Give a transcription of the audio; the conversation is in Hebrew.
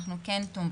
אנחנו תומכים.